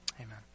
amen